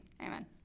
Amen